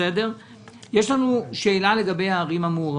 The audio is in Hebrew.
יש לנו שאלה לגבי הערים המעורבות.